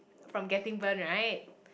from getting burnt right